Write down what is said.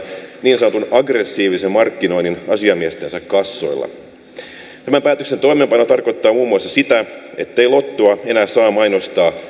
niin sanottu aggressiivinen markkinointi asiamiestensä kassoilla tämän päätöksen toimeenpano tarkoittaa muun muassa sitä ettei lottoa enää saa mainostaa